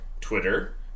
Twitter